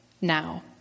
now